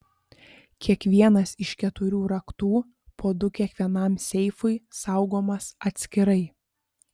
kiekvienas iš keturių raktų po du kiekvienam seifui saugomas atskirai